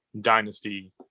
dynasty